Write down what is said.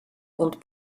und